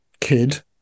kid